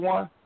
One